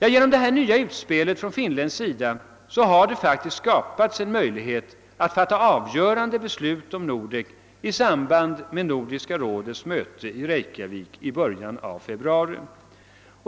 Genom detta nya utspel från finländsk sida har det faktiskt skapats en möjlighet att fatta avgörande beslut om Nordek i samband med Nordiska rådets möte i Reykjavik i början av februari.